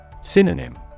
Synonym